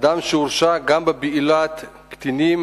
אדם שהורשע גם בבעילת קטינים